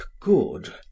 good